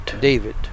David